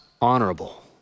honorable